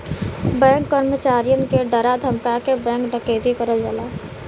bank कर्मचारियन के डरा धमका के बैंक डकैती करल जाला